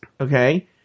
Okay